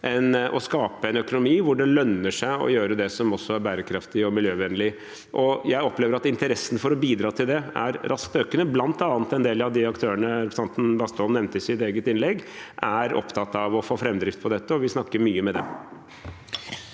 enn å skape en økonomi hvor det lønner seg å gjøre det som også er bærekraftig og miljøvennlig. Jeg opplever at interessen for å bidra til det er raskt økende. Blant annet en del av de aktørene representanten Bastholm nevnte i sitt eget innlegg, er opptatt av å få framdrift på dette, og vi snakker mye med dem.